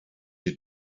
you